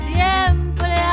Siempre